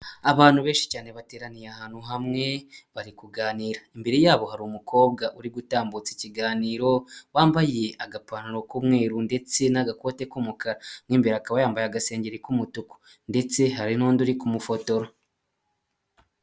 Abantu benshi cyane bateraniye ahantu hamwe bari kuganira, imbere yabo hari umukobwa uri gutambutsa ikiganiro, wambaye agapantaro k'umweru ndetse n'agakote k'umukara, n'imbere akaba yambaye agasengengeri k'umutuku ndetse hari n'undi uri kumufotora.